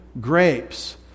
grapes